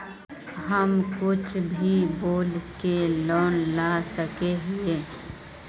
हम कुछ भी बोल के लोन ला सके हिये?